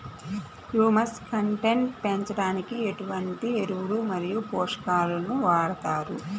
Humus content పెంచడానికి ఎటువంటి ఎరువులు మరియు పోషకాలను వాడతారు?